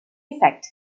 effect